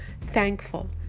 thankful